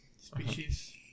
species